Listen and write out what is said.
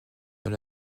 dans